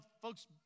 folks